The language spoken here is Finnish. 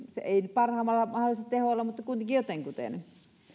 parhaimmalla mahdollisella teholla mutta kuitenkin jotenkuten